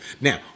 Now